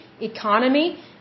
economy